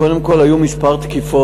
קודם כול היו כמה תקיפות,